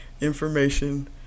information